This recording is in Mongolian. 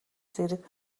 зэрэг